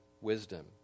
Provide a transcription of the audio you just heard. wisdom